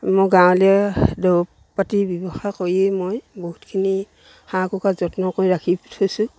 মই গাঁৱলীয়া দৰব পাতি ব্যৱহাৰ কৰিয়েই মই বহুতখিনি হাঁহ কুকুৰাৰ যত্ন কৰি ৰাখি থৈছোঁ